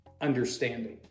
understanding